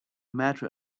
metro